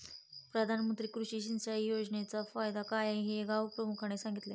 प्रधानमंत्री कृषी सिंचाई योजनेचा फायदा काय हे गावप्रमुखाने सांगितले